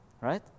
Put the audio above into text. Right